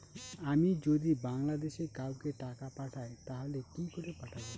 আমি যদি বাংলাদেশে কাউকে টাকা পাঠাই তাহলে কি করে পাঠাবো?